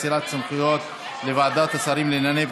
אין נמנעים.